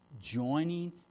joining